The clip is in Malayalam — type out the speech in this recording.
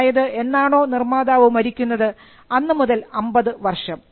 അതായത് എന്നാണോ നിർമ്മാതാവ് മരിക്കുന്നത് അന്നുമുതൽ 50 വർഷം